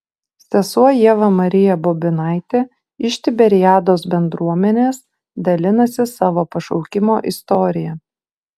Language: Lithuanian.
sesuo ieva marija bobinaitė iš tiberiados bendruomenės dalinasi savo pašaukimo istorija